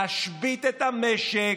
להשבית את המשק,